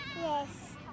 Yes